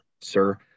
sir